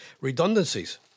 redundancies